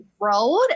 road